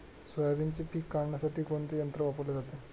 सोयाबीनचे पीक काढण्यासाठी कोणते यंत्र वापरले जाते?